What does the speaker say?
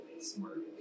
smart